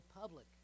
public